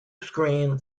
screen